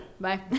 bye